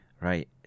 right